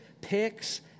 picks